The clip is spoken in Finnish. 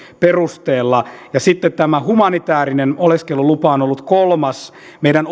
perusteella ja sitten tämä humanitäärinen oleskelulupa on ollut kolmas meidän